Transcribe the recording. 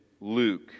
Luke